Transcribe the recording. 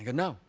no.